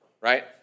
right